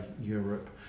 Europe